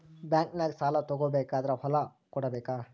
ಬ್ಯಾಂಕ್ನಾಗ ಸಾಲ ತಗೋ ಬೇಕಾದ್ರ್ ಹೊಲ ಕೊಡಬೇಕಾ?